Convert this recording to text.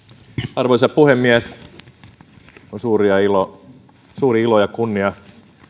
arvoisa puhemies on suuri ilo ja kunnia